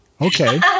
Okay